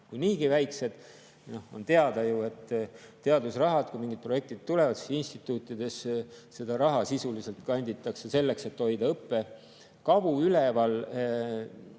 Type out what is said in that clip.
on niigi väikesed. On ju teada, et teadusrahad, kui mingid projekti tulevad, siis instituutides seda raha sisuliselt kanditakse selleks, et hoida õppekavu üleval,